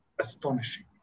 astonishing